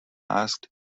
asked